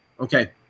Okay